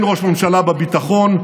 אין ראש ממשלה בביטחון,